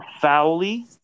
Fowley